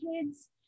kids